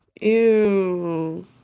Ew